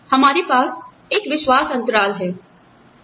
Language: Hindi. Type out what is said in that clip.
हमारे पास एक विश्वास अंतराल है